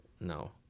No